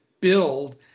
build